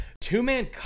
two-man